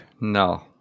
No